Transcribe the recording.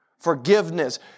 forgiveness